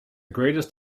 greatest